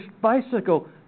bicycle